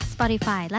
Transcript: Spotify